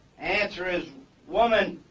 answer is woman.